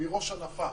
מראש הנפה,